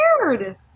scared